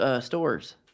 stores